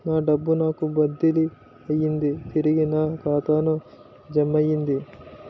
నా డబ్బు నాకు బదిలీ అయ్యింది తిరిగి నా ఖాతాకు జమయ్యింది